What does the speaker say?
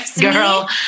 girl